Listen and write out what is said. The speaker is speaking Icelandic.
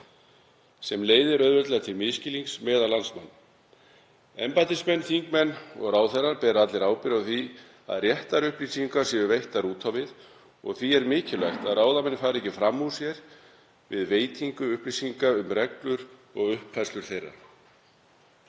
sem leiðir auðveldlega til misskilnings meðal landsmanna. Embættismenn, þingmenn og ráðherrar bera allir ábyrgð á því að réttar upplýsingar séu veittar út á við og því er mikilvægt að ráðamenn fari ekki fram úr sér við veitingu upplýsinga um reglur og uppfærslur þeirra.